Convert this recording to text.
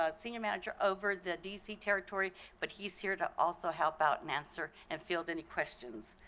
ah senior manager over the dc territory but he's here to also help out and answer and field any questions.